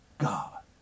God